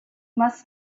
must